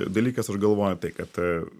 dalykas aš galvoju tai kad